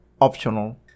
optional